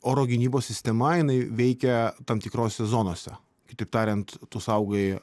oro gynybos sistema jinai veikia tam tikrose zonose kitaip tariant tu saugai